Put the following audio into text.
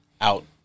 Out